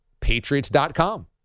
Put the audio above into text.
Patriots.com